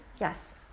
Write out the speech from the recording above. Yes